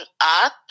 up